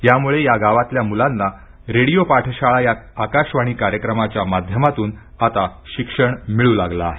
यामुळे या गावातल्या मुलांना रेडियो पाठशाळा या आकाशवाणी कार्यक्रमाच्या माध्यमातून आता शिक्षण मिळू लागलं आहे